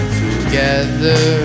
together